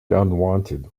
unwanted